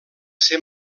ser